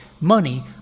money